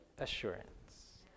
assurance